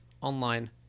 online